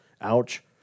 Ouch